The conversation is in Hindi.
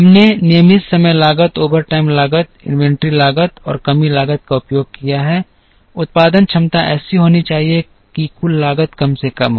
हमने नियमित समय लागत ओवरटाइम लागत इन्वेंट्री लागत और कमी लागत का उपयोग किया है उत्पादन क्षमता ऐसी होनी चाहिए कि कुल लागत कम से कम हो